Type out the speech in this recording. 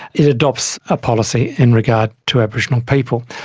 it adopts a policy in regard to aboriginal people.